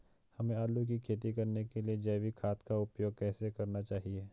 हमें आलू की खेती करने के लिए जैविक खाद का उपयोग कैसे करना चाहिए?